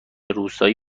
روستایی